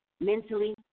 Mentally